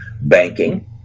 banking